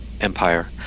empire